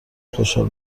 خوشحال